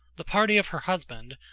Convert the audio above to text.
the party of her husband,